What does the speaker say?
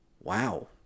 wow